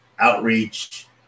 outreach